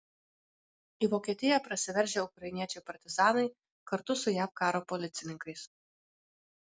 į vokietiją prasiveržę ukrainiečiai partizanai kartu su jav karo policininkais